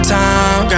time